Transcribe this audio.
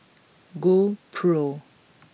GoPro